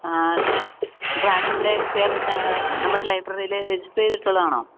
ആ പാനി ഇവിടെ നമ്മുടെ ലൈബ്രറിയില് രജിസ്റ്റര് ചെയ്തിട്ടുള്ളതാണോ